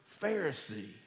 Pharisee